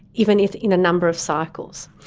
even if in a number of cycles.